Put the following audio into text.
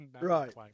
right